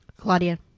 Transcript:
Claudia